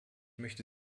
möchte